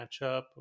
matchup